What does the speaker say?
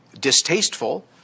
distasteful